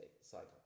cycle